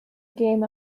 gêm